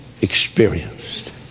Experienced